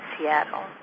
Seattle